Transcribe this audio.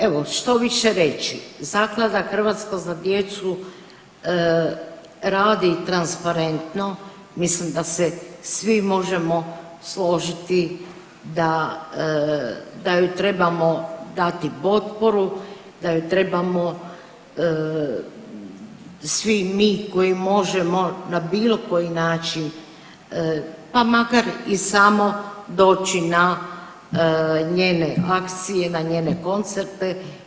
Evo što više reći, Zaklada „Hrvatska za djecu“ radi transparentno, mislim da se svi možemo složiti da ju trebamo dati potporu, da ju trebamo svi mi koji možemo na bilo koji način, pa makar i samo doći na njene akcije, na njene koncerte.